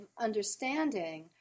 understanding